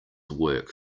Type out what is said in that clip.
work